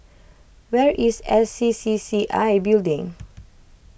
where is S C C C I Building